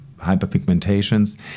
hyperpigmentations